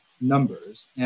numbers